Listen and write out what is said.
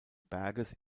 berges